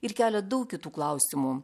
ir kelia daug kitų klausimų